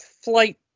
flight